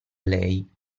lei